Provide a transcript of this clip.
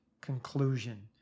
conclusion